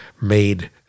made